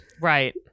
right